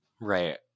Right